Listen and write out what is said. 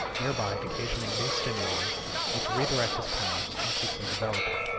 thereby occasioning new stimuli which redirect his powers and keep them developing.